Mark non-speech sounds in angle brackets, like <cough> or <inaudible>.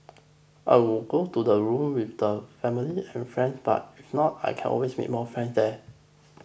I would <unintelligible> to the room with the family and friends but if not I can always make more friends there